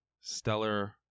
stellar